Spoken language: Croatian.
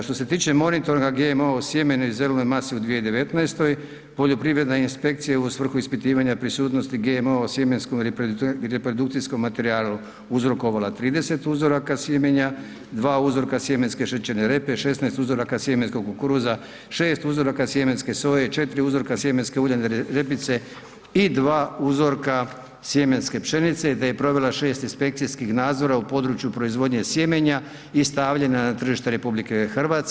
Što se tiče monitoringa GMO-a u sjemenu i zelenoj masi u 2019., poljoprivredna inspekcija u svrhu ispitivanja prisutnosti GMO-a u sjemenskom i reprodukcijskom materijalu uzrokovala 30 uzoraka sjemenja, 2 uzorka sjemenske šećerne repe, 16 uzorka sjemenskog kukuruza, 6 uzoraka sjemenske soje, 4 uzorka sjemenske uljane repice i 2 uzorka sjemenske pšenice, da je provela 6 inspekcijskih nadzora u području proizvodnje sjemenja i stavljanja na tržite RH.